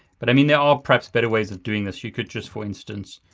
but i mean, there are, perhaps, better ways of doing this. you could just, for instance,